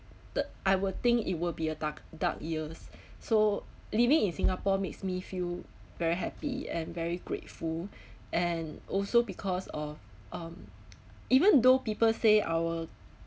the I will think it will be a dark dark years so living in singapore makes me feel very happy and very grateful and also because of um even though people say our